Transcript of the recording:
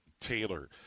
Taylor